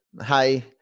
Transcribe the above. Hi